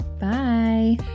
Bye